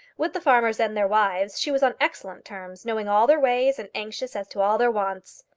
with the farmers and their wives she was on excellent terms, knowing all their ways, and anxious as to all their wants.